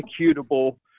executable